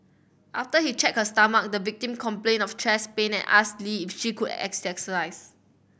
after he checked her stomach the victim complained of chest pain and asked Lee if she could still exercise